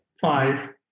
five